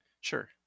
Sure